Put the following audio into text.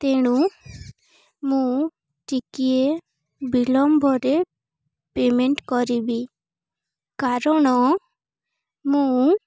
ତେଣୁ ମୁଁ ଟିକିଏ ବିଳମ୍ବରେ ପେମେଣ୍ଟ କରିବି କାରଣ ମୁଁ